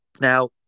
Now